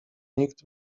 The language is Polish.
nikt